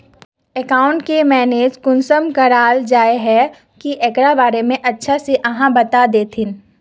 Account के manage कुंसम कराल जाय है की एकरा बारे में अच्छा से आहाँ बता देतहिन?